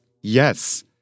Yes